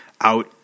out